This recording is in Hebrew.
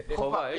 חובה.